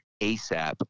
asap